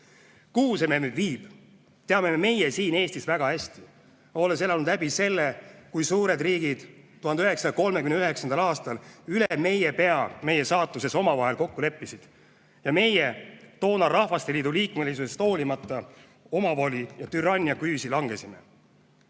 nüüd viib, teame meie siin Eestis väga hästi, olles elanud läbi selle, kui suured riigid 1939. aastal üle meie pea meie saatuses omavahel kokku leppisid ja meie toona Rahvasteliidu-liikmesusest hoolimata omavoli ja türannia küüsi langesime.